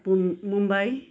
मुम् Mumbai